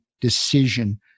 decision